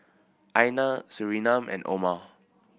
Aina Surinam and Omar